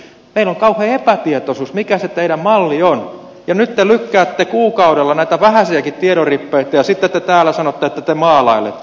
meillä on kauhea epätietoisuus mikä se teidän mallinne on ja nyt te lykkäätte kuukaudella näitä vähäisiäkin tiedon rippeitä ja sitten te täällä sanotte että te maalailette